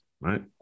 right